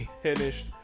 finished